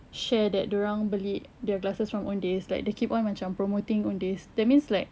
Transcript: share that dia orang beli their glasses from owndays like they keep on macam promoting owndays that means like